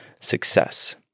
success